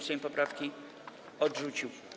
Sejm poprawki odrzucił.